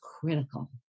critical